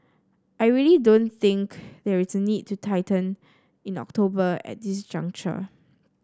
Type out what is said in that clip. I really don't think there is a need to tighten in October at this juncture